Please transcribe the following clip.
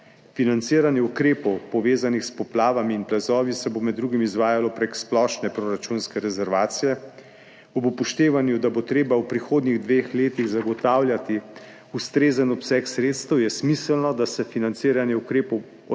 Financiranje ukrepov, povezanih s poplavami in plazovi, se bo med drugim izvajalo prek splošne proračunske rezervacije. Ob upoštevanju, da bo treba v prihodnjih dveh letih zagotavljati ustrezen obseg sredstev, je smiselno, da se financiranje ukrepov odprave